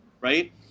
right